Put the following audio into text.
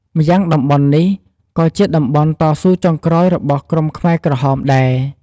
ម្យ៉ាងតំបន់នេះ ក៏ជាតំបន់តស៊ូចុងក្រោយរបស់ក្រុមខ្មែរក្រហមដែរ។